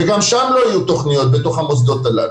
וגם שם אין לי תוכניות, בתוך המוסדות הללו.